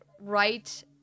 right